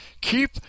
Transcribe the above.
keep